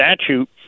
statute